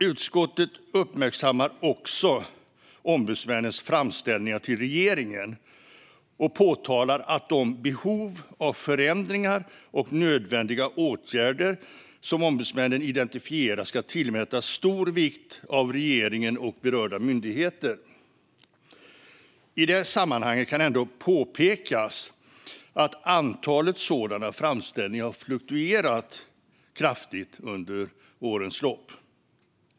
Utskottet uppmärksammar också ombudsmännens framställningar till regeringen och påtalar att de behov av förändringar och nödvändiga åtgärder som ombudsmännen identifierar ska tillmätas stor vikt av regeringen och berörda myndigheter. I det sammanhanget kan ändå påpekas att antalet sådana framställningar har fluktuerat kraftigt under årens lopp.